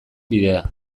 bidea